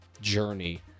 journey